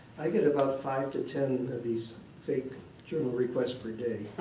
i get about five to ten of these fake journal requests per day.